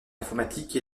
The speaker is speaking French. informatique